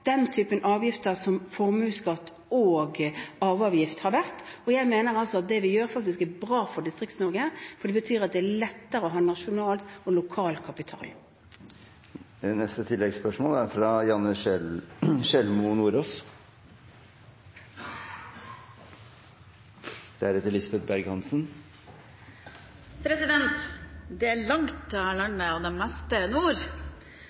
den type avgifter som formuesskatt og arveavgift har vært, og jeg mener at det vi gjør, faktisk er bra for Distrikts-Norge, for det betyr at det er lettere å ha nasjonal og lokal kapital. Det blir oppfølgingsspørsmål – først Janne Sjelmo Nordås. «Det er langt dette landet. Det meste er